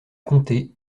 comté